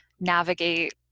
navigate